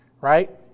Right